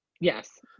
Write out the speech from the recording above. yes